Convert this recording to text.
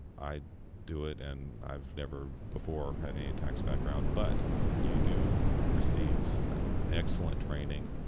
i do it and i've never before had any tax background, but you do receive excellent training.